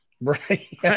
Right